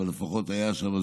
אבל הוא לפחות היה שם,